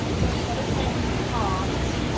so instead of saying can't,